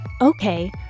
Okay